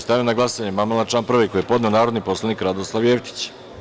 Stavljam na glasanje amandman na član 2. koji je podneo narodni poslanik Radoslav Jović.